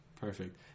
Perfect